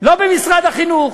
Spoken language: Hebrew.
לא במשרד החינוך,